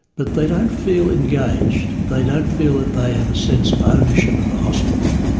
but they don't feel engaged, they don't feel that they have a sense of ownership of the hospital,